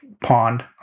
pond